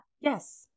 yes